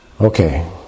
Okay